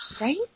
Right